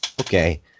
Okay